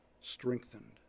strengthened